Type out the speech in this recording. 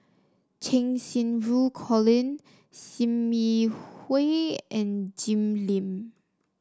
Cheng Xinru Colin Sim Yi Hui and Jim Lim